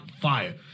fire